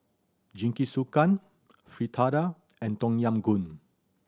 Jingisukan Fritada and Tom Yam Goong